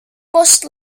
must